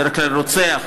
בדרך כלל רוצח,